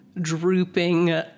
drooping